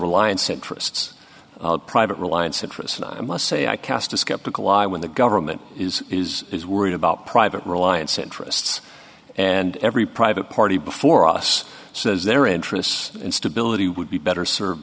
reliance interests private reliance interests and i must say i cast a skeptical eye when the government is is is worried about private reliance interests and every private party before us says their interests in stability would be better served